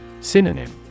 Synonym